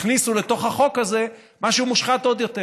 הכניסו לתוך החוק הזה משהו מושחת עוד יותר,